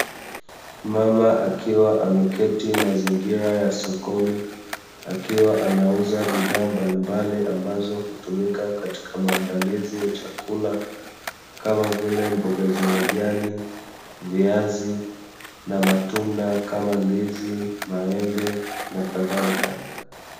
Mama akiwa ameketi mazingira ya sokoni, akiwa anauza bidhaa mbalimbali ambazo hutumika katika maandalizi ya chakula kama vile: mboga za majani, viazi; na matunda kama: ndizi, maembe, na kadhalika.